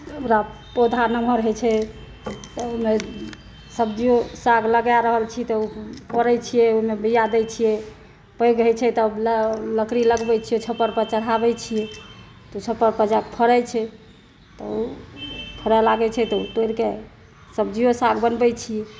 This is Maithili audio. ओहिके बाद पौधा नमहर होइ छै तऽ ओहिमे सब्जीयो साग लगाए रहल छी तऽ करै छियै ओहिमे बीया दै छियै पैघ होइ छै तब लकड़ी लगबै छियै छप्पर पर चढ़ाबै छियै तऽ छप्पर पर जाए कऽ फरै छै तऽ फरऽ लागै छै तऽ ओ तोरिके सब्जीयो साग बनबै छी